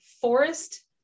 forest